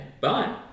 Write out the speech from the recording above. Bye